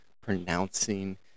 pronouncing